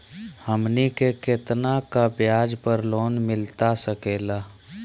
हमनी के कितना का ब्याज पर लोन मिलता सकेला?